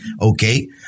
Okay